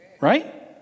Right